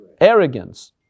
arrogance